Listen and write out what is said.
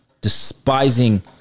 despising